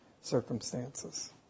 circumstances